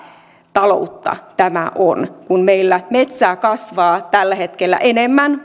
taloutta tämä on kun meillä metsää kasvaa tällä hetkellä enemmän